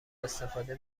استفاده